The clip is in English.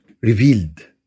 revealed